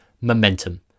momentum